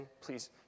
Please